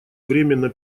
временно